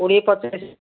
କୋଡ଼ିଏ ପଚାଶ